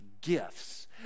gifts